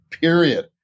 period